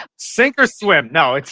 sink or swim! no,